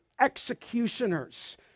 executioners